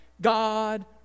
God